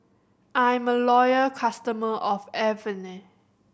I'm a loyal customer of Avene